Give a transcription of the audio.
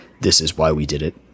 this-is-why-we-did-it